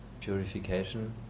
purification